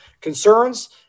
concerns